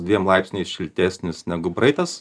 dviem laipsniais šiltesnis negu praeitas